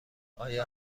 آیا